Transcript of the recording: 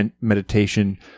meditation